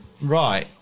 Right